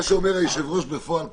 מה שאומר היושב-ראש בפועל כרגע,